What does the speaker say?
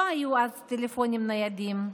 לא היו אז טלפונים ניידים,